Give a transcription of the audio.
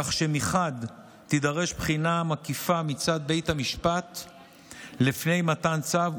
כך שמחד גיסא תידרש בחינה מקיפה מצד בית המשפט לפני מתן צו,